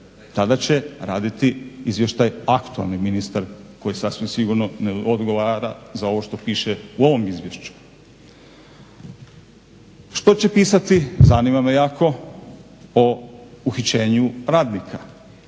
Tada će raditi izvještaj aktualni ministar koji sasvim sigurno ne odgovara za ovo što piše u ovom Izvješću. Što će pisati zanima me jako o uhićenju radnika.